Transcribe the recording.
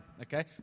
okay